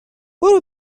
برو